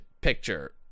picture